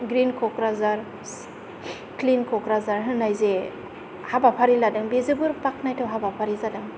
green Kokrajhar clean Kokrajhar होननाय जे हाबाफारि लादों बे जोबोर बाखनायथाव हाबाफारि जादों